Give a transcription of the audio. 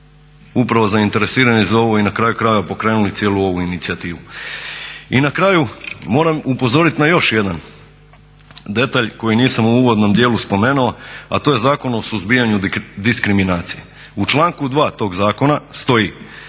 upravo zainteresirani za ovo i na kraju krajeva pokrenuli cijelu ovu inicijativu. I na kraju moram upozoriti na još jedan detalj koji nisam u uvodnom dijelu spomenuo, a to je Zakon o suzbijanju diskriminacije. U članku 2.tog zakona stoji,